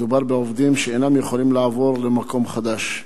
מדובר בעובדים שאינם יכולים לעבור למקום חדש.